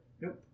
Nope